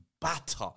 batter